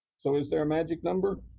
so is there a magic number?